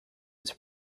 its